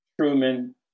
Truman